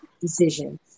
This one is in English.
decisions